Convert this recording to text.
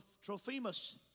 Trophimus